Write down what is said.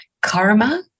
karma